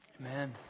Amen